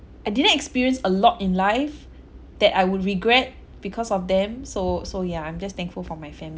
I didn't experience a lot in life that I would regret because of them so so yeah I'm just thankful for my family